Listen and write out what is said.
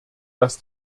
dass